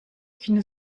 qu’une